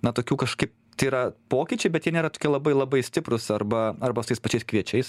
na tokių kažkaip tai yra pokyčiai bet jie nėra tokie labai labai stiprūs arba arba su tais pačiais kviečiais